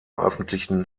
öffentlichen